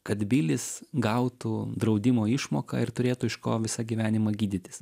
kad bilis gautų draudimo išmoką ir turėtų iš ko visą gyvenimą gydytis